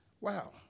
Wow